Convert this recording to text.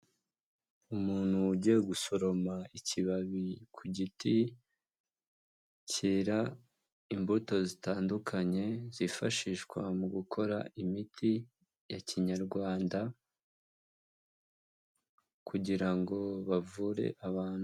Umuntu ugiye gusoroma ikibabi ku giti cyera imbuto zitandukanye, zifashishwa mu gukora imiti ya kinyarwanda kugira ngo bavure abantu.